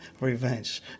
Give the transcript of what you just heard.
revenge